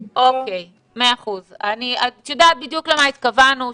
את יודעת בדיוק למה התכוונו,